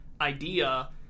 idea